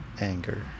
anger